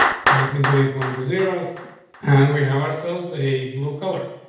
so let me delete one of zeros and we have ourselves a blue color.